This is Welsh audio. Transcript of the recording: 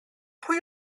pwy